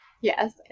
Yes